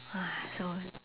so